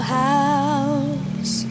house